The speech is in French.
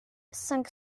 cinq